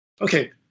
Okay